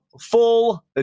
full